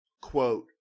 Quote